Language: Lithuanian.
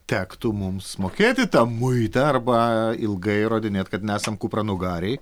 tektų mums mokėti tą muitą arba ilgai įrodinėt kad nesam kupranugariai